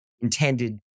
intended